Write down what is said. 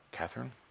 Catherine